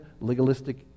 legalistic